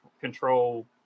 control